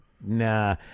Nah